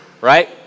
right